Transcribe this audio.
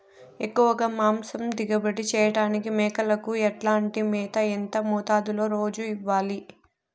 ఎక్కువగా మాంసం దిగుబడి చేయటానికి మేకలకు ఎట్లాంటి మేత, ఎంత మోతాదులో రోజు ఇవ్వాలి?